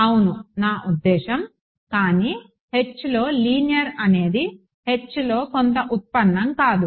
అవును నా ఉద్దేశ్యం కానీ Hలో లీనియర్ అనేది Hలో కొంత ఉత్పన్నం కాదు